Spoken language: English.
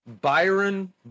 byron